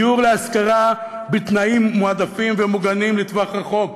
דיור להשכרה בתנאים מועדפים ומוגנים לטווח ארוך,